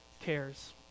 cares